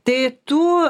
tai tų